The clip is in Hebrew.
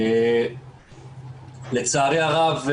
לצערי הרב,